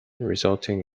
resulting